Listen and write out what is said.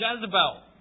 Jezebel